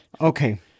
Okay